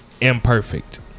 imperfect